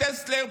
טסלר,